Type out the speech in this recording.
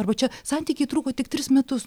arba čia santykiai truko tik tris metus